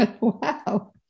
wow